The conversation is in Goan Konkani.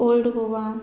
ओल्ड गोवा